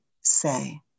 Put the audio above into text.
say